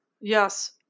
Yes